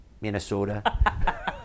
Minnesota